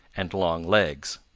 and long legs.